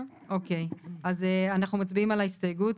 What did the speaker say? אנחנו מצביעים על ההסתייגות.